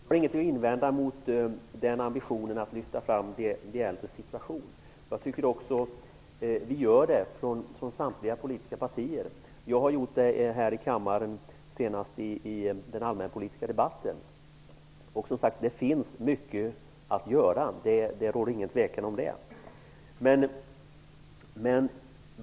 Herr talman! Jag har inget att invända mot ambitionen att lyfta fram de äldres situation. Jag tycker också att vi gör det från samtliga politiska partier. Jag har gjort det här i kammaren, senast i allmänpolitiska debatten. Det finns som sagt mycket att göra, det råder ingen tvekan om det.